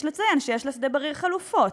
יש לציין שיש לשדה-בריר חלופות,